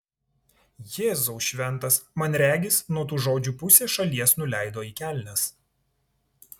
jėzau šventas man regis nuo tų žodžių pusė šalies nuleido į kelnes